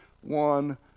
one